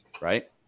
Right